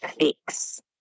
fix